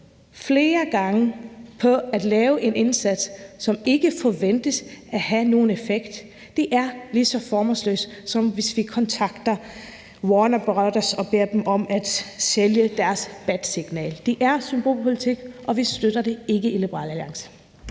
flere gange på at lave en indsats, som ikke forventes at have nogen effekt, er lige så formålsløst, som hvis vi kontakter Warner Bros. og beder dem om at sælge deres batsignal. Det er symbolpolitik, og vi støtter det ikke i Liberal Alliance.